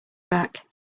back